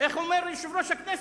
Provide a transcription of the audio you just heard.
איך אומר יושב-ראש הכנסת?